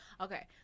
Okay